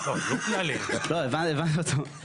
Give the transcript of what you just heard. הבנתי אותו.